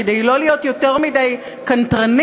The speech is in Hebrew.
כדי לא להיות יותר מדי קנטרנית,